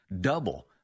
Double